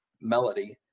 melody